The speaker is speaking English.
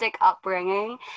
upbringing